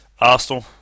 Arsenal